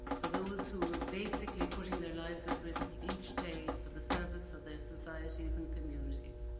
for those who ah basically putting their lives at risk each day for the service of their societies and communities